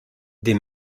des